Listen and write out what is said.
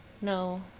no